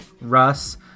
Russ